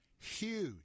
Huge